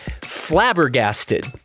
flabbergasted